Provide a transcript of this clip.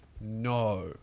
No